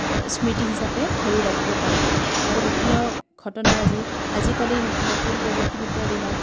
স্মৃতি হিচাপে ধৰি ৰাখিব পাৰোঁ আৰু বিভিন্ন ঘটনাৰাজি আজিকালি নতুন প্ৰযুক্তিবিদ্যাৰ দিনত